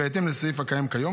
בהתאם לסעיף הקיים כיום,